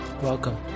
welcome